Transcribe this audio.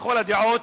לכל הדעות,